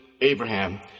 Abraham